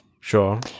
Sure